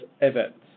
events